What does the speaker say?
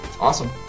awesome